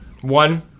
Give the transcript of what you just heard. one